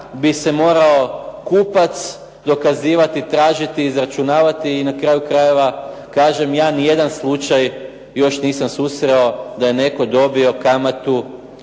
bi se morao kupac dokazivati, tražiti, izračunavati i na kraju krajeva kažem ja ni jedan slučaj još nisam susreo da je netko dobio kamatu